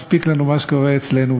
מספיק לנו מה שקורה אצלנו,